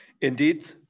Indeed